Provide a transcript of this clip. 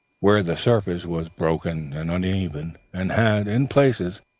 where the surface was broken and uneven, and had, in places,